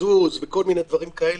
לזוז וכל מיני דברים כאלה,